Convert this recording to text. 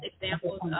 examples